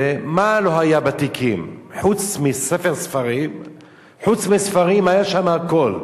ומה לא היה בתיקים, חוץ מספרים היה שם הכול.